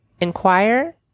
inquire